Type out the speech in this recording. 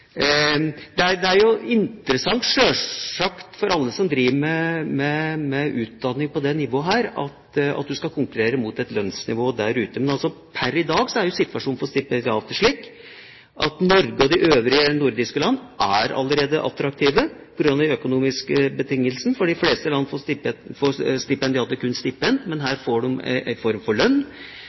Det er selvsagt interessant for alle som driver med utdanning på dette nivået, at man skal konkurrere mot et lønnsnivå der ute. Men per i dag er situasjonen for stipendiater slik at Norge og de øvrige nordiske land allerede er attraktive på grunn av de økonomiske betingelsene, for i de fleste land får stipendiatene kun stipend, men her får de en form for lønn.